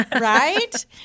Right